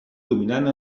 dominant